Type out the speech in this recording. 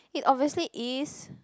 it obviously is